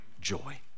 joy